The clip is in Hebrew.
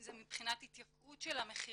אם זה מבחינת התייקרות של המחירים.